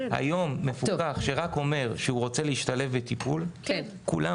היום מפוקח שרק אומר שהוא רוצה להשתלב בטיפול כולנו